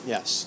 Yes